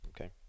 Okay